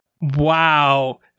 Wow